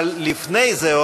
אבל עוד לפני זה,